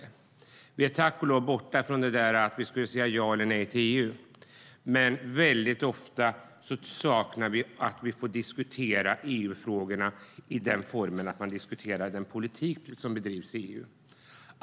Det handlar tack och lov inte längre om att säga ja eller nej till EU, men ofta saknar vi en diskussion om den politik som bedrivs i EU.